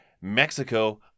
Mexico